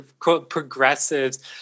progressives